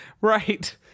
Right